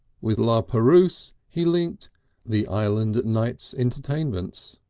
with la perouse he linked the island nights entertainments,